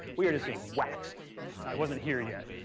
we are just getting waxed. i wasn't here yet.